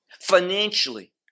financially